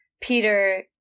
Peter